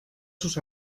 sus